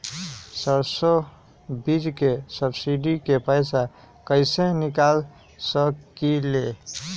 सरसों बीज के सब्सिडी के पैसा कईसे निकाल सकीले?